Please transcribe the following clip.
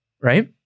right